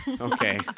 Okay